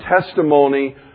testimony